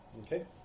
Okay